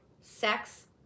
Sex